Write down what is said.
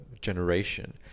generation